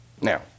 Now